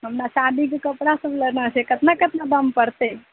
हमरा शादीके कपड़ा सब लेना छै कतना कतना दाम पड़तै